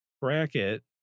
bracket